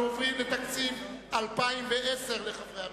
אנחנו עוברים לתקציב 2010 לחברי הממשלה.